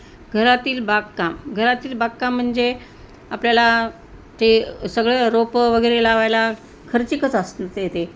घरातील बागकाम घरातील बागकाम म्हणजे आपल्याला ते सगळं रोपं वगैरे लावायला खर्चिकच असतं ते ते